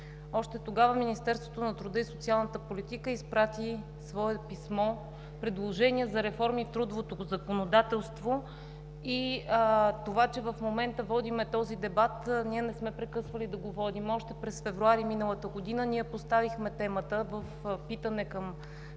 Още тогава Министерството на труда и социалната политика изпрати свое писмо-предложение за реформи в трудовото законодателство и това, че в момента водим този дебат… Ние не сме прекъсвали да го водим. Още през февруари миналата година поставихме темата в питане към